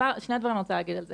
ושני דברים אני רוצה להגיד על זה.